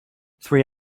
three